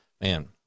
man